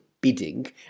bidding